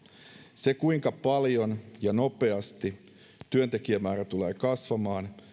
se kuinka paljon ja nopeasti työntekijämäärä tulee kasvamaan